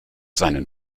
seinen